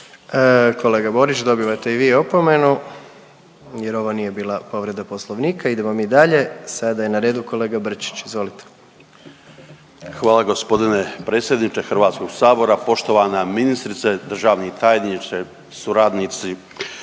Kolega Borić, dobivate i vi opomenu jer ovo nije bila povreda Poslovnika. Idemo mi dalje, sada je na redu kolega Brčić. Izvolite. **Brčić, Luka (HDZ)** Hvala gospodine predsjedniče Hrvatskog sabora, poštovana ministrice, državni tajniče, suradnici.